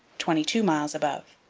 twenty-two miles above.